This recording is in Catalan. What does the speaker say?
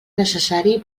necessari